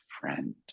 friend